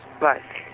bye